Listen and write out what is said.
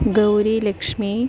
Gaurilakshmi